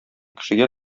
кешегә